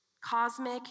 cosmic